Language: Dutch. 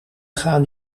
gaan